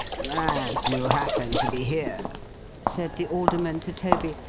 as you happen to be here said the alderman to toby,